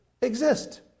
exist